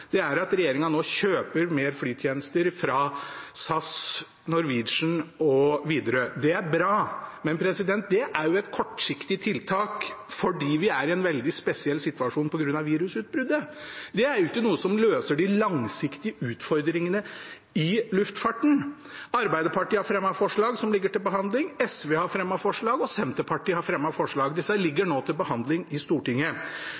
er at regjeringen nå kjøper flere flytjenester fra SAS, Norwegian og Widerøe. Det er bra. Men det er jo et kortsiktig tiltak fordi vi er i en veldig spesiell situasjon på grunn av virusutbruddet. Det er jo ikke noe som løser de langsiktige utfordringene i luftfarten. Arbeiderpartiet har fremmet forslag, som ligger til behandling. SV har fremmet forslag, og Senterpartiet har fremmet forslag. Disse ligger nå til behandling i Stortinget.